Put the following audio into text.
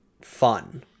fun